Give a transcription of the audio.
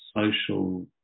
social